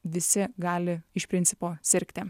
visi gali iš principo sirgti